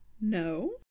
No